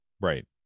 right